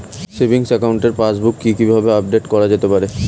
Savings একাউন্টের passbook কি কিভাবে আপডেট করা যেতে পারে?